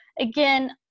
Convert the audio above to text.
again